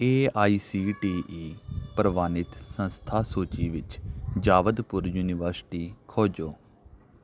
A I C T C E ਪ੍ਰਵਾਨਿਤ ਸੰਸਥਾ ਸੂਚੀ ਵਿੱਚ ਜਾਦਵਪੁਰ ਯੂਨੀਵਰਸਿਟੀ ਖੋਜੋ